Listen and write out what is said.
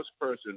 person